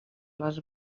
les